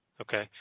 Okay